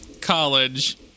college